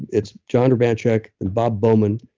it's jon urbanchek, and bob bowman,